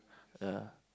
ya